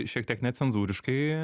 šiek tiek necenzūriškai